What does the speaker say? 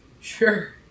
Sure